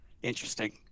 Interesting